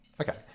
Okay